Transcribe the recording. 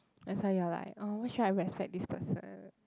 that's why you're like oh why should I respect this person